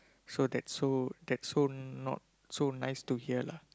so that so that so not so nice to hear lah